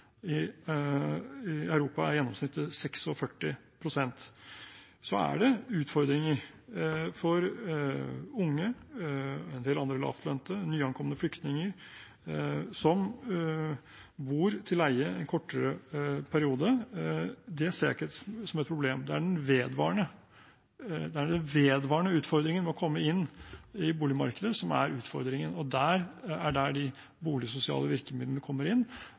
i en bolig som de eier. I Europa er gjennomsnittet 46 pst. Men det er utfordringer for unge, en del andre lavtlønte og nyankomne flyktninger, som bor til leie i en kortere periode. Det ser jeg ikke på som et problem. Det er den vedvarende utfordringen med å komme inn i boligmarkedet som er utfordringen. Det er der de boligsosiale virkemidlene kommer inn.